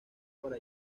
para